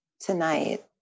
tonight